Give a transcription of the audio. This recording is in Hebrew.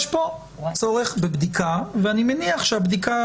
יש פה צורך בבדיקה ואני מניח שהבדיקה